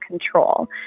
control